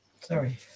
sorry